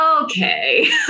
okay